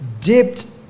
dipped